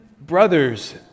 brother's